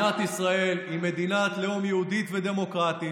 מדינת ישראל היא מדינת לאום יהודית ודמוקרטית